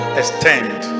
extend